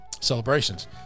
celebrations